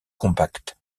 compact